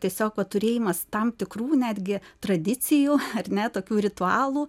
tiesiog va turėjimas tam tikrų netgi tradicijų ar ne tokių ritualų